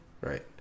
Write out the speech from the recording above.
right